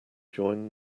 join